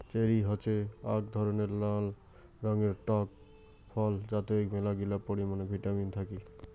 cherry হসে আক ধরণের নাল রঙের টক ফল যাতে মেলাগিলা পরিমানে ভিটামিন থাকি